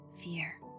fear